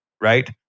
right